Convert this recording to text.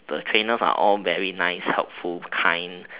the trainers are all very nice helpful kind